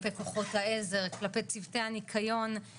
שלום לכולם, צוהריים טובים, אני מתנצלת על האיחור.